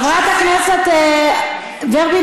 חברת הכנסת ורבין